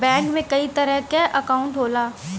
bank में कई तरे क अंकाउट होला